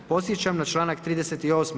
Podsjećam na članak 38.